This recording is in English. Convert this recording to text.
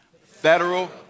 Federal